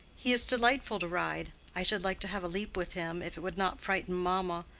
he is delightful to ride. i should like to have a leap with him, if it would not frighten mamma.